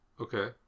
Okay